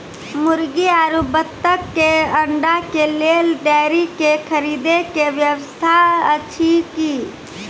मुर्गी आरु बत्तक के अंडा के लेल डेयरी के खरीदे के व्यवस्था अछि कि?